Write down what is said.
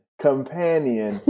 companion